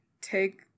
take